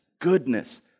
goodness